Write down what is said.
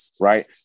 Right